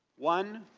one,